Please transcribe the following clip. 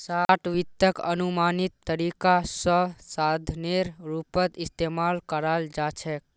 short वित्तक अनुमानित तरीका स साधनेर रूपत इस्तमाल कराल जा छेक